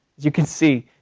you can see,